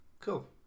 Cool